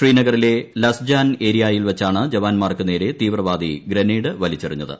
ശ്രീനഗറിലെ ലസ്ജാൻ ഏരിയായയിൽ വെച്ചാണ് ജവാൻമാർക്കു നേരെ തീവ്രവാദി ഗ്രനേഡ് വലിച്ചെറിഞ്ഞത്